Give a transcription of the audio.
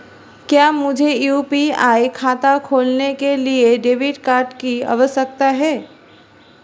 क्या मुझे यू.पी.आई खाता खोलने के लिए डेबिट कार्ड की आवश्यकता है?